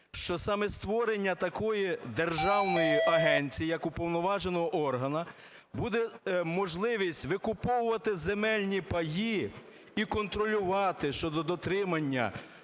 що саме створення такої державної агенції як уповноваженого органу буде можливість викуповувати земельні паї і контролювати щодо дотримання